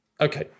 Okay